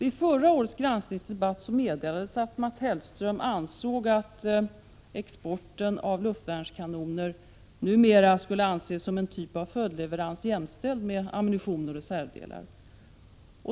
I förra årets granskningsdebatt meddelades att Mats Hellström ansåg att exporten av luftvärnskanoner numera skulle anses som en typ av följdleveranser jämställda med leveranser av ammunition och reservdelar.